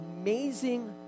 amazing